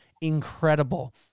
incredible